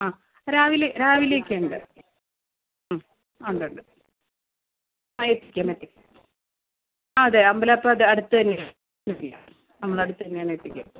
ആ രാവിലെ രാവിലെയൊക്കെയുണ്ട് ഉണ്ടുണ്ട് ആ എത്തിക്കാം എത്തിക്കാം അതെ അമ്പലോപ്പത് അടുത്തുതന്നെയാണ് എത്തിക്കാം അമ്പലം അടുത്തുതന്നെയാണ് എത്തിക്കാം